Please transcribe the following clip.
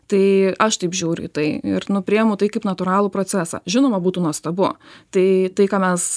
tai aš taip žiūriu į tai ir nu priemu tai kaip natūralų procesą žinoma būtų nuostabu tai tai ką mes